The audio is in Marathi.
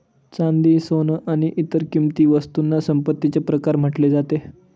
चांदी, सोन आणि इतर किंमती वस्तूंना संपत्तीचे प्रकार म्हटले जातात